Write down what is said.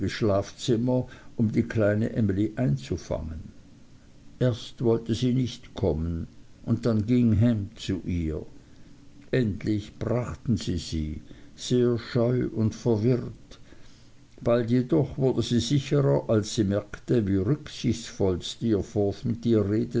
schlafzimmer um die kleine emly einzufangen erst wollte sie nicht kommen und dann ging ham zu ihr endlich brachten sie sie sehr scheu und verwirrt bald jedoch wurde sie sicherer als sie merkte wie rücksichtsvoll steerforth mit